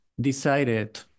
decided